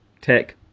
tech